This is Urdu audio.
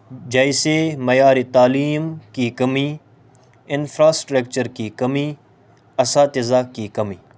جیسے معیاری تعلیم کی کمی انفراسٹریکچر کی کمی اساتذہ کی کمی